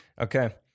Okay